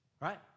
right